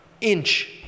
inch